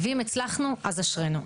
ואם הצלחנו, אשרינו.